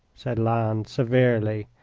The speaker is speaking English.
said lannes, severely,